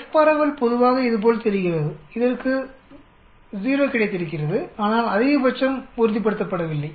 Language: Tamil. F பரவல் பொதுவாக இது போல் தெரிகிறது இதற்கு 0 கிடைத்திருக்கிறது ஆனால் அதிகபட்சம் உறுதிப்படுத்தப்படவில்லை